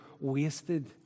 wasted